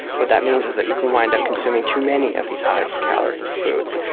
what that means is that you can wind up consuming too many of these high calorie foods.